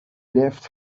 left